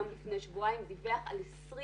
דיווח על 20